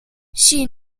she